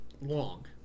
long